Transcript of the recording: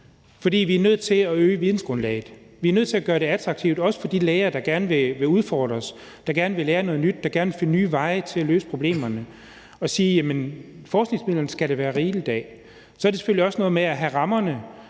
For vi er nødt til at øge vidensgrundlaget, vi er nødt til også at gøre det attraktivt for de læger, der gerne vil udfordres, der gerne vil lære noget nyt, der gerne vil finde nye veje til at løse problemerne, så der skal være rigelig med forskningsmidler. Så handler det selvfølgelig også om at have rammerne,